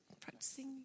practicing